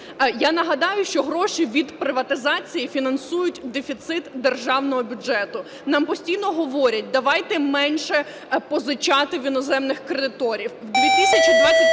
Я нагадаю, що гроші від приватизації фінансують дефіцит державного бюджету. Нам постійно говорять: давайте менше позичати в іноземних кредиторів.